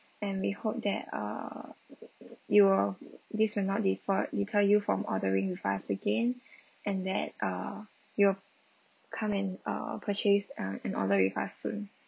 and we hope that err you will this will not differ deter you from ordering with us again and that uh you'll come and uh purchase uh and order with us soon